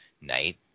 night